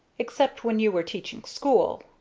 except when you were teaching school,